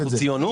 אנחנו ציונות.